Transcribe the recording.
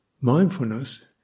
Mindfulness